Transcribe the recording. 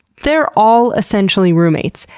they're all essentially roommates.